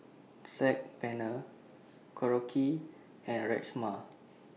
Saag Paneer Korokke and Rajma